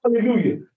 hallelujah